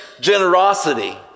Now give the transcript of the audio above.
generosity